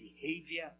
behavior